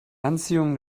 anziehung